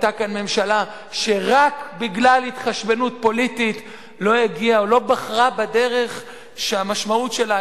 היתה כאן ממשלה שרק בגלל התחשבנות פוליטית לא בחרה בדרך שהמשמעות שלה